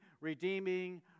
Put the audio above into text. redeeming